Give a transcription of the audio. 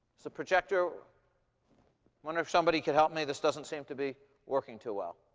is the projector wonder if somebody could help me. this doesn't seem to be working too well.